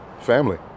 Family